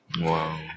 Wow